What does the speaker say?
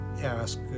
ask